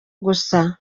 gusa